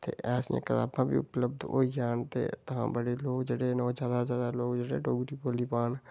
ते ऐसियां कताबां बी उपलब्ध होई जाहन तां ते इत्थै जेह्ड़े लोक न ओह् जादै शा जादै डोगरी जेह्ड़ी पढ़ी पाह्न